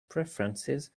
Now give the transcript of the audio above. preferences